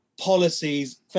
policies